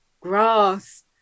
grass